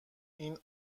این